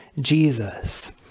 Jesus